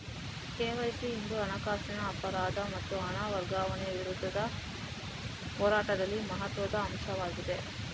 KYC ಇಂದು ಹಣಕಾಸಿನ ಅಪರಾಧ ಮತ್ತು ಹಣ ವರ್ಗಾವಣೆಯ ವಿರುದ್ಧದ ಹೋರಾಟದಲ್ಲಿ ಮಹತ್ವದ ಅಂಶವಾಗಿದೆ